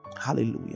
Hallelujah